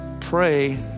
Pray